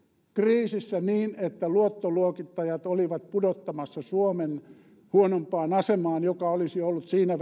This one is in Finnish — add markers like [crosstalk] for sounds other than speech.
kriisissä niin että luottoluokittajat olivat pudottamassa suomen huonompaan asemaan mikä olisi ollut siinä [unintelligible]